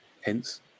hence